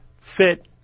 fit